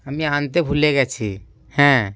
আমি আনতে ভুলে গিয়েছি হ্যাঁ